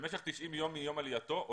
במשך 90 ימים מיום עלייתו,